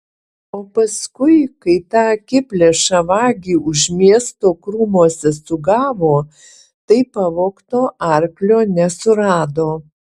o paskui kai tą akiplėšą vagį už miesto krūmuose sugavo tai pavogto arklio nesurado